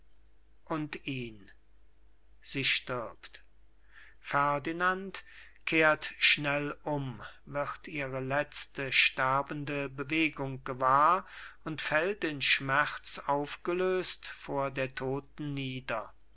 und ihn sie stirbt ferdinand kehrt schnell um wird ihre letzte sterbende bewegung gewahr und fällt in schmerz aufgelöst vor der todten nieder